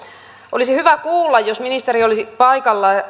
olisi hyvä kuulla jos ministeri olisi paikalla